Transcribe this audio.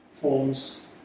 forms